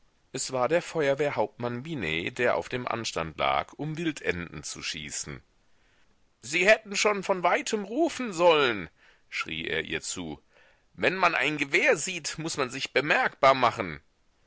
es war der feuerwehrhauptmann binet der auf dem anstand lag um wildenten zu schießen sie hätten schon von weitem rufen sollen schrie er ihr zu wenn man ein gewehr sieht muß man sich bemerkbar machen